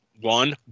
one